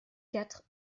quatre